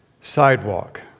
sidewalk